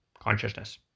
consciousness